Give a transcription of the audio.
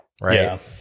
Right